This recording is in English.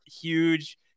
huge